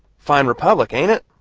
fine republic, ain't it?